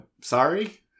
sorry